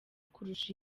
kurusha